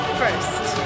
first